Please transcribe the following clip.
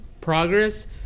progress